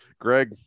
Greg